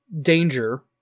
danger